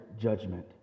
judgment